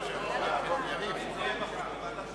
האם יש מישהו אחר שמבקש ועדה אחרת?